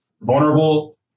vulnerable